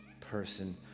person